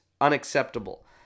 unacceptable